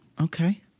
Okay